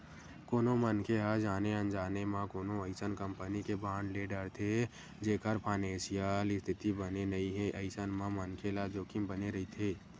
कोनो मनखे ह जाने अनजाने म कोनो अइसन कंपनी के बांड ले डरथे जेखर फानेसियल इस्थिति बने नइ हे अइसन म मनखे ल जोखिम बने रहिथे